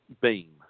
beam